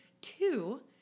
two